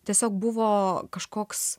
tiesiog buvo kažkoks